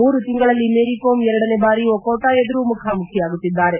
ಮೂರು ತಿಂಗಳಲ್ಲಿ ಮೇರಿ ಕೋಮ್ ಎರಡನೇ ಬಾರಿ ಒಕೋಟಾ ಎದುರು ಮುಖಾಮುಖಿಯಾಗುತ್ತಿದ್ದಾರೆ